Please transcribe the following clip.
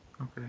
Okay